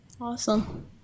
Awesome